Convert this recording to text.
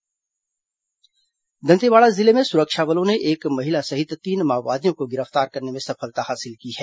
माओवादी गिरफ्तार दंतेवाड़ा जिले में सुरक्षा बलों ने एक महिला सहित तीन माओवादियों को गिरफ्तार करने में सफलता हासिल की है